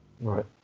Right